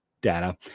data